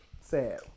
sad